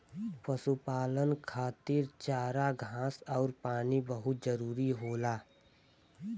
पशुपालन खातिर चारा घास आउर पानी बहुत जरूरी होला